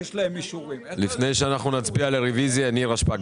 לפני שנצביע על הרביזיה, נירה שפק,